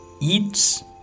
eats